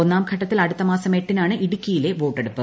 ഒന്നാം ഘട്ടത്തിൽ അടുത്തമാസം എട്ടിനാണ് ഇടുക്കിയിലെ വോട്ടെടുപ്പ്